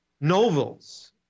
Novel's